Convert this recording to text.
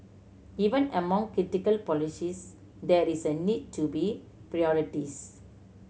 even among critical policies there is a need to be prioritise